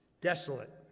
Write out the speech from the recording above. desolate